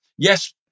Yes